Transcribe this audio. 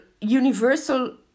universal